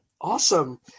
Awesome